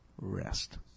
rest